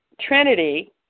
Trinity